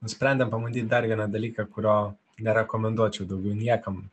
nusprendėm pabandyt dar vieną dalyką kurio nerekomenduočiau daugiau niekam